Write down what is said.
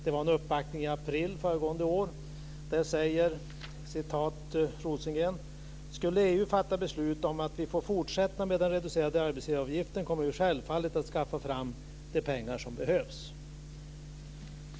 Vid en uppvaktning i april föregående år sade Rosengren: Skulle EU fatta beslut om att vi får fortsätta med den reducerade arbetsgivaravgiften kommer vi självfallet att skaffa fram de pengar som behövs.